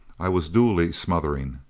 i was dully smothering.